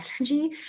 energy